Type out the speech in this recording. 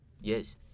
Yes